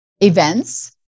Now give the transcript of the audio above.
events